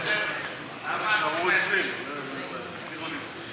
קבוצת סיעת המחנה הציוני וקבוצת סיעת